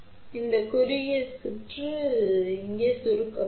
எனவே உள்ளீடு வெளியீட்டிற்குச் செல்லாது அது இங்கே சுருக்கப்படும்